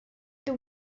the